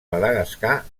madagascar